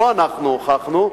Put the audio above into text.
לא אנחנו הוכחנו,